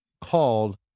called